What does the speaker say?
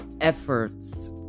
efforts